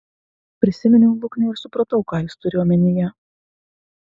prisiminiau luknę ir supratau ką jis turi omenyje